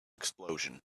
explosion